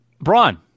Braun